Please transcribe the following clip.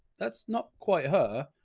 that's not quite her,